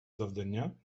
завдання